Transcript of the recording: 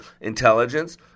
intelligence